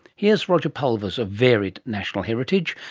here's roger pulvers, of varied national heritage,